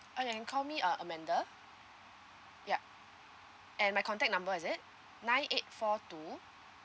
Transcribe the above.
uh you can call me uh amanda ya and my contact number is it nine eight four two